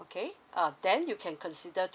okay uh then you can consider to